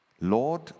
Lord